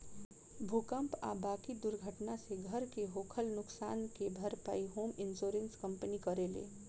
भूकंप आ बाकी दुर्घटना से घर के होखल नुकसान के भारपाई होम इंश्योरेंस कंपनी करेले